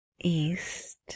East